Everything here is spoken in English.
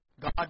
God